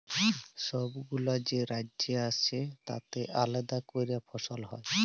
ছবগুলা যে রাজ্য আছে তাতে আলেদা ক্যরে ফসল হ্যয়